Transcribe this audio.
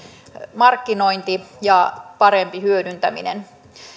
markkinointi ja parempi hyödyntäminen